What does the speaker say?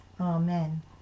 Amen